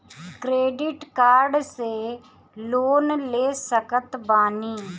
Credit card से loan ले सकत बानी?